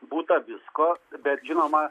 būta visko bet žinoma